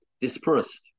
dispersed